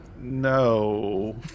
No